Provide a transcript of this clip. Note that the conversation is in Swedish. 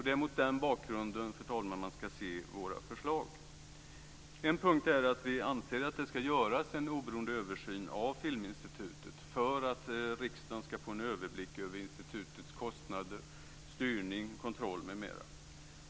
Det är mot den bakgrunden, fru talman, man ska se våra förslag. En punkt är att vi anser att det ska göras en oberoende översyn av Filminstitutet för att riksdagen ska få en överblick över institutets kostnader, styrning, kontroll m.m.